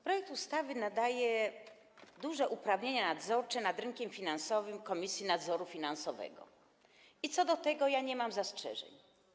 Projekt ustawy nadaje duże uprawnienia nadzorcze nad rynkiem finansowym Komisji Nadzoru Finansowego, i co do tego ja nie mam zastrzeżeń.